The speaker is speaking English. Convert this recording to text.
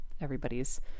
everybody's